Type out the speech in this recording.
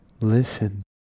Listen